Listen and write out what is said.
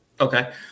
Okay